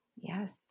Yes